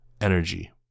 energy